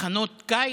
מחנות קיץ.